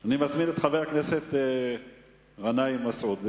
אני מזמין את חבר הכנסת מסעוד גנאים.